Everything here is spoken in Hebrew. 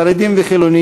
חרדים וחילונים